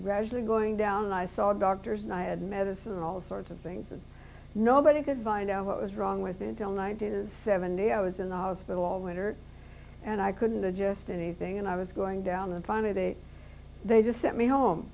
rationing going down i saw doctors and i had medicine all sorts of things that nobody could find out what was wrong with it until nineteen is seventy i was in the hospital all winter and i couldn't adjust anything and i was going down and finally they they just sent me home